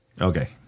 Okay